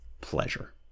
pleasure